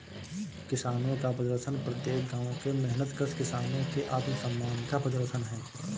किसानों का प्रदर्शन प्रत्येक गांव के मेहनतकश किसानों के आत्मसम्मान का प्रदर्शन है